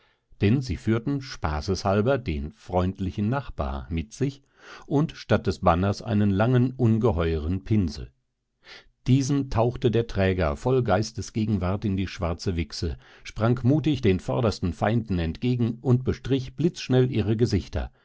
denn sie führten spaßes halber den freundlichen nachbar mit sich und statt des banners einen langen ungeheuren pinsel diesen tauchte der träger voll geistesgegenwart in die schwarze wichse sprang mutig den vordersten feinden entgegen und bestrich blitzschnell ihre gesichter